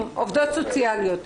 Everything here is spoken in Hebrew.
נשים עובדות סוציאליות,